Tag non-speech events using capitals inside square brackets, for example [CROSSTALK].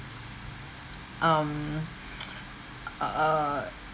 um [NOISE] err